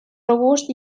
robust